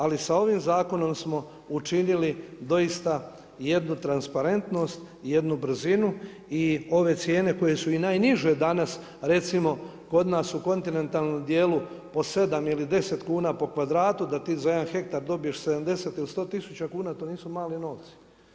Ali sa ovim zakonom smo učinili doista jednu transparentnost i jednu brzinu i ove cijene koje su i najniže danas recimo kod nas u kontinentalnom dijelu po 7 ili 10 kuna po kvadratu da ti za jedan hektar dobiješ 70 ili 100 tisuća kuna to nisu mali novci.